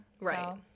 right